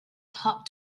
top